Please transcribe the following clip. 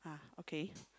ah okay